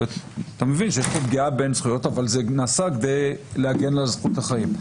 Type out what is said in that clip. אתה מבין שיש כאן פגיעה בזכויות אבל זה נעשה כדי להגן על זכות החיים.